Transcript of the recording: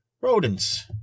rodents